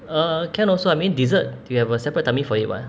uh can also I mean dessert they have a separate timing for it [what]